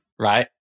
Right